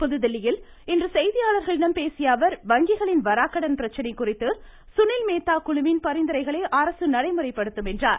புதுதிலலியில் இன்று செய்தியாளர்களிடம் பேசிய அவர் வங்கிகளின் வாராக்கடன் பிரச்சினை குறித்து சுனில் மேத்தா குழுவின் பரிந்துரைகளை அரசு நடைமுறைப்படுத்தும் என்றார்